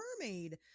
mermaid